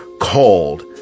called